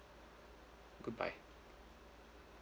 goodbye